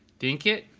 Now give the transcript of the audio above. dink it.